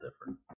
different